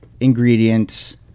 ingredients